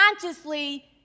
consciously